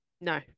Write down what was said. no